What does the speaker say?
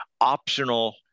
optional